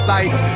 Lights